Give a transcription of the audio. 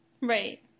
Right